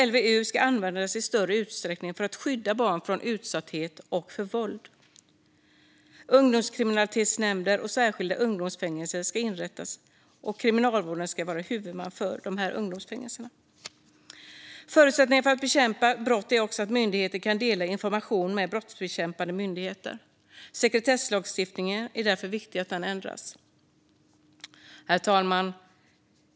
LVU ska användas i större utsträckning för att skydda barn från utsatthet och våld. Ungdomskriminalitetsnämnder och särskilda ungdomsfängelser ska inrättas, och Kriminalvården ska vara huvudman för dessa. Förutsättningen för att kunna bekämpa brott är också att myndigheter kan dela information med brottsbekämpande myndigheter. Det är därför viktigt att sekretesslagstiftningen ändras. Herr talman!